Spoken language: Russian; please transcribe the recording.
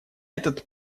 этот